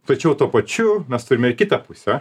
tačiau tuo pačiu mes turime ir kitą pusę